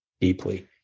deeply